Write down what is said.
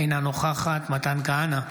אינה נוכחת מתן כהנא,